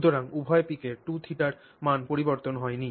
সুতরাং উভয় peak এর 2θ র মান পরিবর্তন হয় নি